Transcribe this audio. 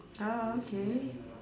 ah okay